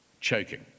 choking